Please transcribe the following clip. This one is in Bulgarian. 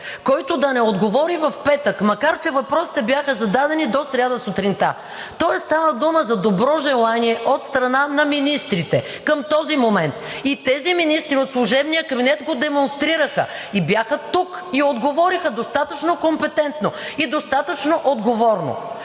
който да не отговори в петък, макар че въпросите бяха зададени до сряда сутринта, тоест става дума за добро желание от страна на министрите към този момент. Тези министри от служебния кабинет го демонстрираха – бяха тук, отговориха достатъчно компетентно и достатъчно отговорно.